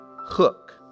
hook